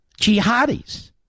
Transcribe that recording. Jihadis